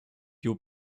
you